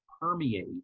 permeate